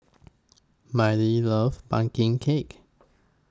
Miley loves Pumpkin Cake